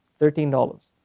thirteen dollars.